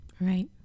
Right